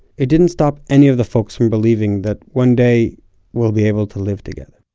it didn't stop any of the folks from believing that one day we'll be able to live together